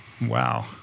Wow